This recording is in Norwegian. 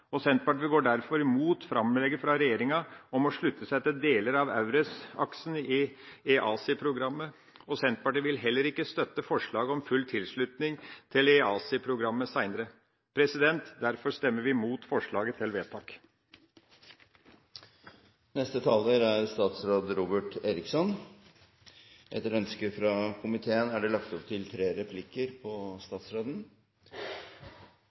og Senterpartiet går derfor imot framlegget fra regjeringa om å slutte seg til deler av EURES-aksen i EaSI-programmet. Senterpartiet vil heller ikke støtte forslaget om full tilslutning til EaSI-programmet senere. Derfor stemmer vi mot forslaget til vedtak. Mye er sagt allerede i debatten, men la meg bare få lov til å understreke to–tre viktige ting. For det første ønsker regjeringen at Norge skal være en bidragsyter til